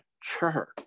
church